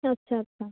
ᱟᱪᱷᱟ ᱟᱪᱷᱟ